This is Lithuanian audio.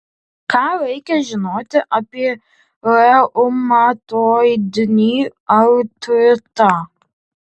ką reikia žinoti apie reumatoidinį artritą